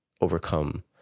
overcome